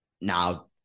Now